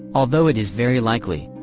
although it is very likely.